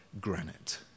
granite